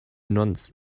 nuns